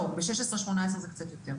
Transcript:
אולי קצת יותר.